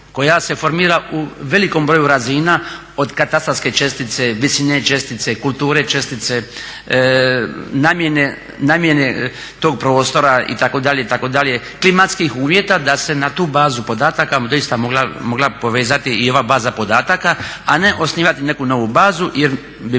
koja se formira u velikom broju razina od katastarske čestice, visine čestice, kulture čestice, namjene tog prostora itd., itd., klimatskih uvjeta, da se na tu bazu podataka doista mogla povezati i ova baza podataka, a ne osnivati neku novu bazu jer bi